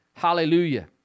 Hallelujah